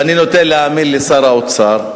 ואני נוטה להאמין לשר האוצר,